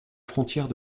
frontière